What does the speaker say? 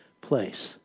place